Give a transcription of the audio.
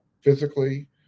Physically